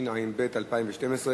התשע"ב 2012,